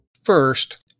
First